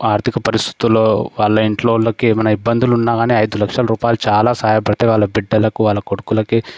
ఆర్థిక పరిస్థితుల్లో వాళ్ళ ఇంట్లో వోళ్లకి ఏమనా ఇబ్బందులు ఉన్నాగానీ ఐదు లక్షలు రూపాయలు చాలా సహాయపడితే వాళ్ళ బిడ్డలకు వాళ్ళ కొడుకులకి